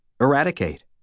eradicate